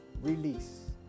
release